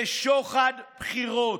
זה שוחד בחירות.